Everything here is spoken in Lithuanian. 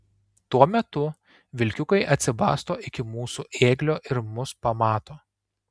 tuo metu vilkiukai atsibasto iki mūsų ėglio ir mus pamato